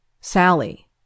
Sally